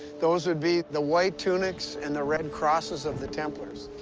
those would be the white tunics and the red crosses of the templars.